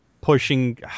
pushing